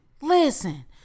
listen